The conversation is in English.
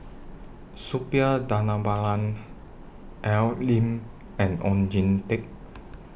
Suppiah Dhanabalan Al Lim and Oon Jin Teik